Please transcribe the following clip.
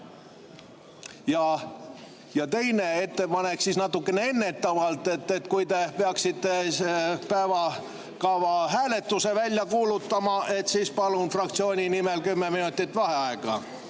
Ja teine ettepanek natukene ennetavalt: kui te peaksite päevakava hääletuse välja kuulutama, siis palun fraktsiooni nimel kümme minutit vaheaega.